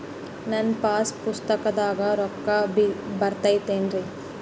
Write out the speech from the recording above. ನನ್ನ ಪಾಸ್ ಪುಸ್ತಕದಾಗ ರೊಕ್ಕ ಬಿದ್ದೈತೇನ್ರಿ?